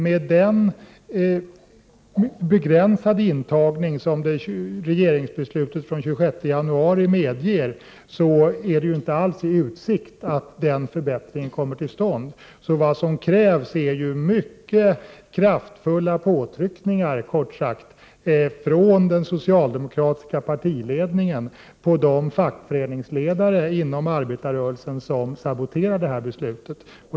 Med den begränsade intagning som regeringsbeslutet från den 26 januari medger är det inte alls i utsikt att förbättringen kommer till stånd. Kort sagt krävs mycket kraftfulla påtryckningar från den socialdemokratiska partiledningen på de fackföreningsledare inom arbetarrörelsen som saboterar det här beslutet.